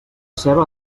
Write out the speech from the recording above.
ceba